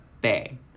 Bay